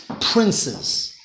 princes